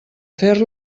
fer